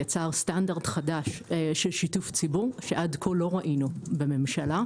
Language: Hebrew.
יצרה סטנדרט חדש של שיתוף ציבור שעד כה לא ראינו בממשלה.